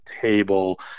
table